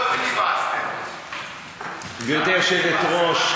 גברתי היושבת-ראש,